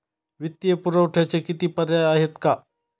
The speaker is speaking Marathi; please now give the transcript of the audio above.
वित्तीय पुरवठ्याचे किती पर्याय आहेत का?